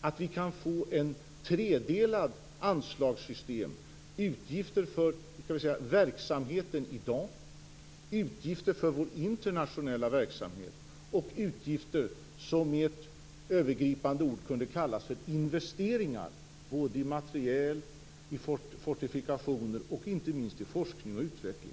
att vi kan få ett tredelat anslagssystem - utgifter för verksamheten i dag, utgifter för vår internationella verksamhet och utgifter som med ett övergripande ord kunde kallas för investeringar både i materiel och fortifikationer och inte minst i forskning och utveckling.